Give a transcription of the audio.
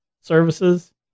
services